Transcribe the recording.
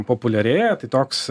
populiarėja tai toks